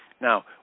Now